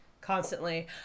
constantly